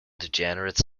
degenerate